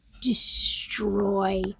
destroy